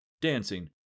dancing